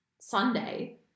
Sunday